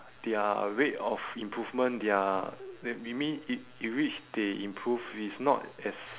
their rate of improvement their we we mean in which they improve is not as